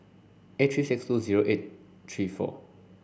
eight three six two zero eight three four